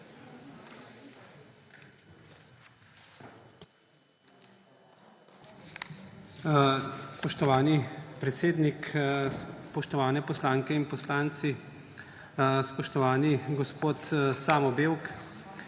Spoštovani predsednik, spoštovane poslanke in poslanci! Spoštovani gospod Edvard